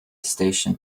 station